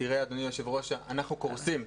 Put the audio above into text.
אדוני היושב-ראש, אנחנו קורסים,